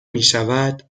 میشود